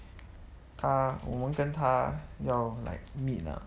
他我们跟他要 like meet lah